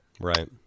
Right